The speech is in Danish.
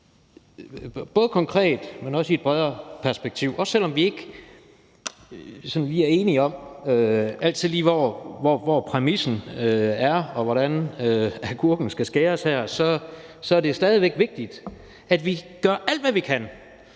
både konkret, men også i et bredere perspektiv. Også selv om vi ikke sådan lige altid er enige om, hvor præmissen er, og hvordan agurken skal skæres her, så er det stadig væk vigtigt, at vi gør alt, hvad vi kan,